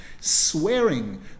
swearing